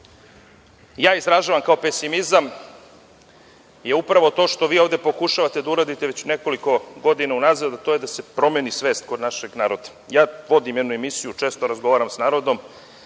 što izražavam kao pesimizam je upravo to što vi ovde pokušavate da uradite već nekoliko godina unazad, to je da se promeni svest kod našeg naroda. Vodim jednu emisiju i često razgovaram sa našim